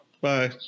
bye